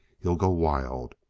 he'll go wild.